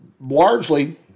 largely